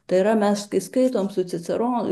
tai yra mes kai skaitom su ciceronu